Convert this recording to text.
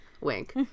wink